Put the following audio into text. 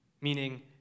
meaning